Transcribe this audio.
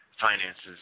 finances